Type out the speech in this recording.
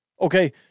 Okay